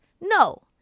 no